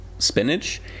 spinach